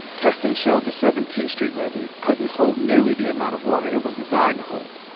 testing showed the seventeenth street levee couldn't hold nearly the amount of water it was designed to hold.